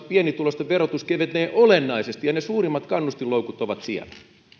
pienituloisten verotus kevenee olennaisesti ja ne suurimmat kannustinloukut ovat siellä